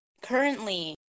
currently